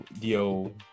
yo